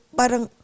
parang